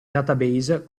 database